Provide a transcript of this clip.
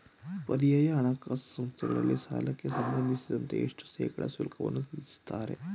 ಪರ್ಯಾಯ ಹಣಕಾಸು ಸಂಸ್ಥೆಗಳಲ್ಲಿ ಸಾಲಕ್ಕೆ ಸಂಬಂಧಿಸಿದಂತೆ ಎಷ್ಟು ಶೇಕಡಾ ಶುಲ್ಕವನ್ನು ವಿಧಿಸುತ್ತಾರೆ?